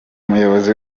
umuyobozi